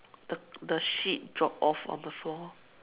the the sheet drop off on the floor